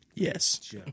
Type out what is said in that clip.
Yes